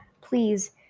please